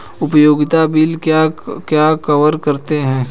उपयोगिता बिल क्या कवर करते हैं?